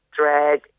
drag